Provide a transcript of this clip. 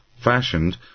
fashioned